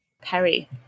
Perry